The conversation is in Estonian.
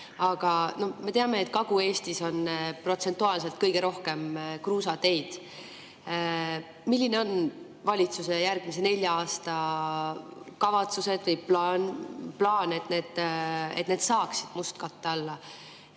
Aga me teame, et Kagu-Eestis on protsentuaalselt kõige rohkem kruusateid. Milline on valitsuse järgmise nelja aasta kavatsus, plaan, et need saaksid mustkatte alla?